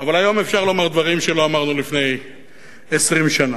אבל היום אפשר לומר דברים שלא אמרנו לפני 20 שנה.